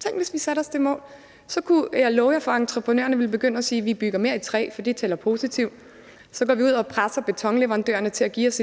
Tænk, hvis vi satte os det mål? Så kan jeg love jer for, at entreprenørerne ville begynde at sige: Vi bygger mere i træ, for det tæller positivt, og så går vi ud og presser betonleverandørerne til at give os